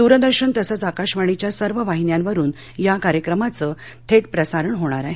द्रदर्शन तसच आकाशवाणीच्या सर्व वाहिन्यांवरून या कार्यक्रमाचं थेट प्रसारण होणार आहे